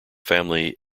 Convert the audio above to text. family